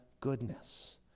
goodness